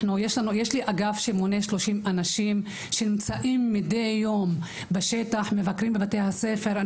יש לי אגף שמונה 30 אנשים שנמצאים מדי יום בשטח ומבקרים בבתי הספר.